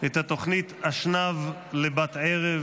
את התוכנית "אשנב לבת ערב"